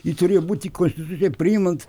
ji turėjo būti konstituciją priimant